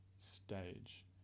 Stage